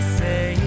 say